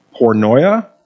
Pornoia